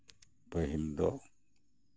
ᱯᱟᱹᱦᱤᱞ ᱫᱚ